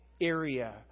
area